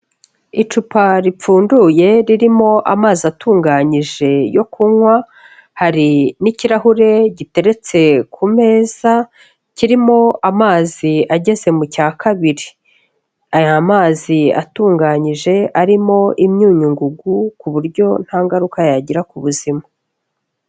Icupa ripfunduye ririmo amazi atunganyije yo kunywa, hari n'ikirahure giteretse ku meza kirimo amazi ageze mu cya kabiri. Aya mazi atunganyije arimo imyunyu ngugu ku buryo nta ngaruka yagira ku buzima.